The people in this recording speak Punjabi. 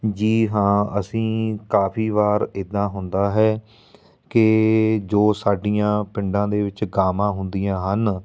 ਜੀ ਹਾਂ ਅਸੀਂ ਕਾਫ਼ੀ ਵਾਰ ਇੱਦਾਂ ਹੁੰਦਾ ਹੈ ਕਿ ਜੋ ਸਾਡੀਆਂ ਪਿੰਡਾਂ ਦੇ ਵਿੱਚ ਗਾਵਾਂ ਹੁੰਦੀਆਂ ਹਨ